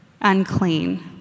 unclean